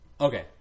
Okay